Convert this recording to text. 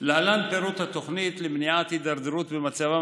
להלן פירוט התוכנית למניעת הידרדרות במצבן